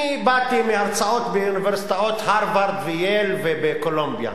אני באתי מהרצאות באוניברסיטאות הארוורד וייל וקולומביה,